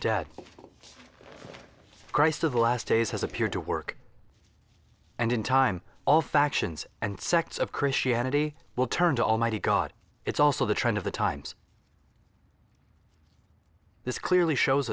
christ of the last days has appeared to work and in time all factions and sects of christianity will turn to almighty god it's also the trend of the times this clearly shows